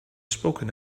spoken